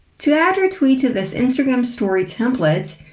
to add our tweet to this instagram story template,